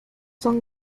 son